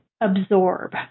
absorb